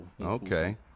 Okay